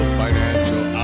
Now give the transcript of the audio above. financial